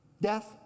death